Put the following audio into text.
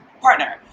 partner